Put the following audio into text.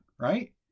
Right